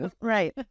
Right